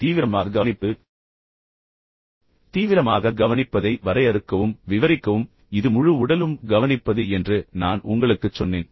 தீவிரமாக கவனிப்பது தீவிரமாக கவனிப்பதை வரையறுக்கவும் விவரிக்கவும் இது முழு உடலும் கவனிப்பது என்று நான் உங்களுக்குச் சொன்னேன்